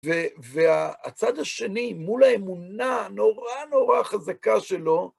והצד השני, מול האמונה הנורא נורא חזקה שלו,